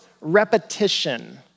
repetition